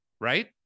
right